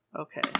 Okay